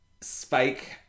Spike